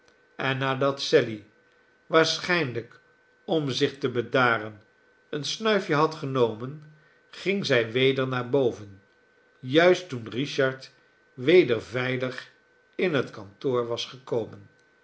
en nadat sally waarschijnlijk om zieh te bedaren een snuifje had genomen ging zij weder naar boven juist toen richard weder veilig in het kantoor was gekomen